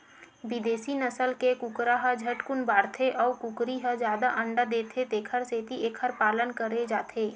बिदेसी नसल के कुकरा ह झटकुन बाड़थे अउ कुकरी ह जादा अंडा देथे तेखर सेती एखर पालन करे जाथे